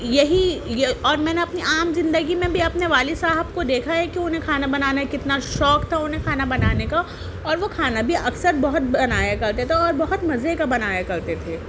یہی اور میں نے اپنی عام زندگی میں بھی اپنے والد صاحب کو دیکھا ہے کہ انہیں کھانا بنانے کتنا شوق تھا انہیں کھانا بنانے کا اور وہ کھانا بھی اکثر بہت بنایا کرتے تھے اور بہت مزے کا بنایا کرتے تھے